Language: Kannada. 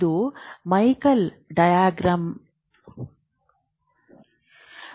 ಇದು ಮೈಕೆಲ್ ರೇಖಾಚಿತ್ರವಲ್ಲ